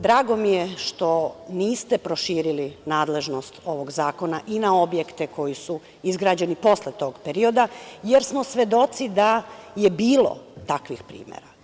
Drago mi je što niste proširili nadležnost ovog zakona i na objekte koji su izgrađeni posle tog perioda, jer smo svedoci da je bilo takvih primera.